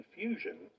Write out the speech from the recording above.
confusion